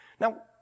Now